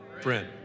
Friend